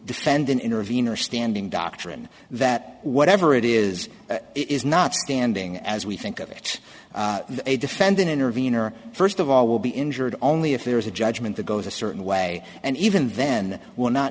defendant intervener standing doctrine that whatever it is it is not standing as we think of it a defendant intervener first of all will be injured only if there is a judgment that goes a certain way and even then will not